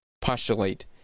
postulate